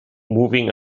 moving